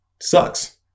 Sucks